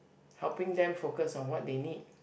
helping them focus on what they need